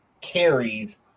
carries